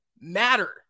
matter